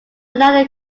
another